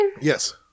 Yes